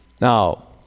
Now